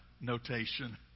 notation